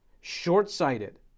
short-sighted